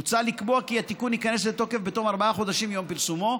מוצע לקבוע כי התיקון ייכנס לתוקף בתום ארבעה חודשים מיום פרסומו,